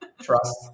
trust